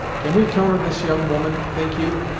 can we count on this young woman, think you?